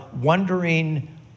wondering